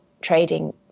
trading